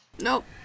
Nope